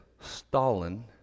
Stalin